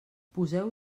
poseu